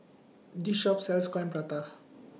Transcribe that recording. This Shop sells Coin Prata